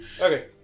Okay